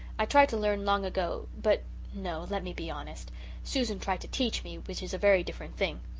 i tried to learn long ago but no, let me be honest susan tried to teach me, which is a very different thing.